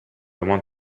want